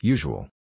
Usual